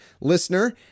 listener